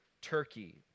Turkey